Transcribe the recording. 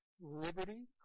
liberty